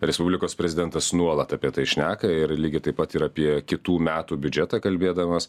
respublikos prezidentas nuolat apie tai šneka ir lygiai taip pat ir apie kitų metų biudžetą kalbėdamas